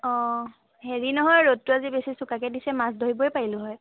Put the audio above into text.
অঁ হেৰি নহয় ৰ'দটো আজি বেছি চোকাকৈ দিছে মাছ ধৰিবই পাৰিলো হয়